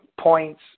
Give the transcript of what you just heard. points